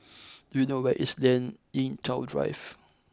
do you know where is Lien Ying Chow Drive